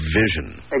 vision